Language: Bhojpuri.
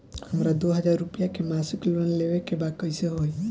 हमरा दो हज़ार रुपया के मासिक लोन लेवे के बा कइसे होई?